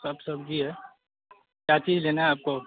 सब सब्जी है क्या चीज लेना है आपको